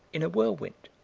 in a whirlwind?